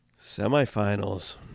Semifinals